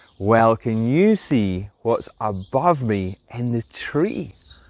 well, can you see what's above me in the tree?